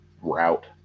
route